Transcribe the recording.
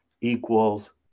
equals